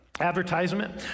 Advertisement